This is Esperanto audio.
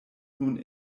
nun